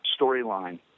storyline